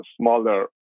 smaller